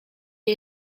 jej